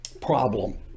problem